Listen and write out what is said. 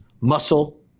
Muscle